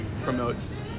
promotes